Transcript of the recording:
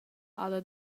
ha’la